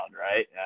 Right